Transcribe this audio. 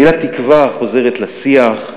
המילה "תקווה" חוזרת לשיח,